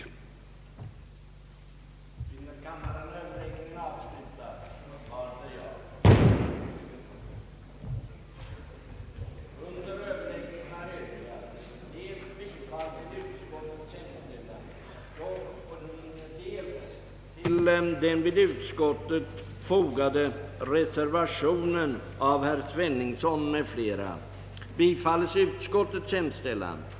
I sitt yttrande hade utskottet bland annat ansett, att ifrågavarande motioner borde överlämnas till den år 1962 tillsatta konsertbyråutredningen samt den år 1968 tillkallade litteraturstödsutredningen för att tagas under övervägande i deras fortsatta arbete.